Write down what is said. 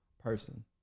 person